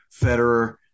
Federer